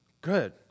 Good